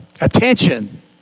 attention